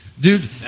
dude